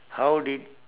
how did